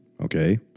okay